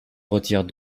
retire